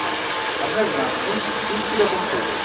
আচ্ছা আচ্ছা আপনার পিস পিস কীরকম করবো